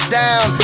down